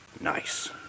Nice